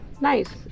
nice